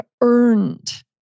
earned